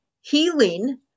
healing